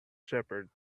shepherd